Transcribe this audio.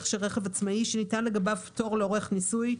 של רכב עצמאי שניתן לגביו פטור לעורך ניסוי,